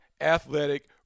athletic